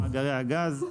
בגלל מאגרי הגז.